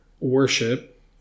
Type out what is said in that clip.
worship